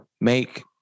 make